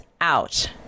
out